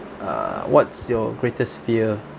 uh what's your greatest fear